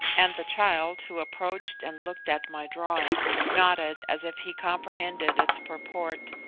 and the child, who approached and looked at my drawing, nodded as if he comprehended its purport,